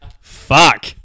Fuck